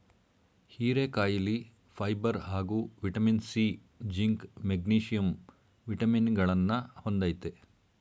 ಹೀರೆಕಾಯಿಲಿ ಫೈಬರ್ ಹಾಗೂ vitamin C, zinc, magnesium ವಿಟಮಿನಗಳನ್ನ ಹೊಂದಯ್ತೆ